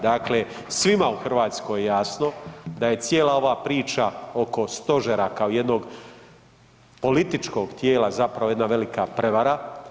Dakle, svima u Hrvatskoj je jasno da je cijela ova priča oko stožera kao jednog političkog tijela zapravo jedna velika prevara.